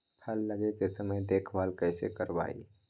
फल लगे के समय देखभाल कैसे करवाई?